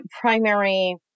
primary